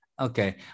Okay